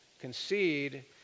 concede